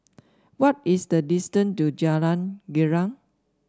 what is the distance to Jalan Girang